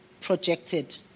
projected